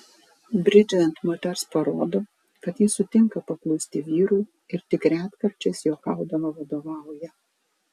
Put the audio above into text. bridžai ant moters parodo kad ji sutinka paklusti vyrui ir tik retkarčiais juokaudama vadovauja